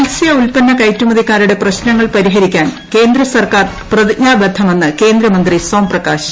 മത്സ്യ ഉത്പന്ന കയറ്റുമതിക്കാരുടെ പ്രശ്നങ്ങൾ പരിഹരിക്കാൻ കേന്ദ്രസർക്കാർ പ്രതിജ്ഞാബദ്ധമെന്ന് കേന്ദ്രമന്ത്രി സോം പ്രകാശ്